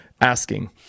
asking